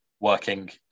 Working